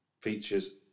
features